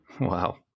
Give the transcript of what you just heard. Wow